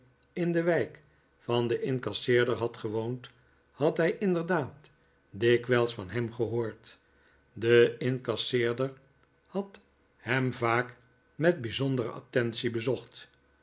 in de wijk van den incasseerder had gewoond had hij inderdaad dikwijls van hem gehoord de incasseerder had hem vaak met bijzondere attentie bezocht